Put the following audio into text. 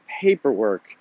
paperwork